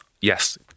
Yes